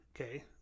okay